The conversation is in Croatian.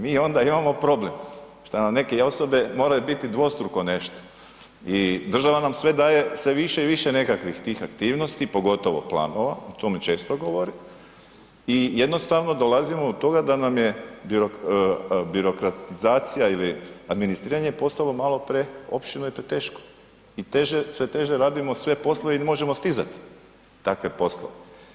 Mi onda imamo problem što nam neke osobe moraju biti dvostruko nešto i država nam sve daje, sve više i više nekakvih aktivnosti, pogotovo planova ... mi često govori i jednostavno dolazimo do toga da nam je birokratizacija ili administriranje postalo malo preopširno i preteško i teže, sve teže radimo sve poslove i ne možemo stizati takve poslove.